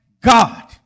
God